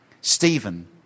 Stephen